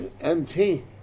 empty